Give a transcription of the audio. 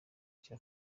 cya